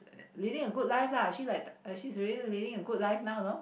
living a good life lah she's like she's really living a good life now you know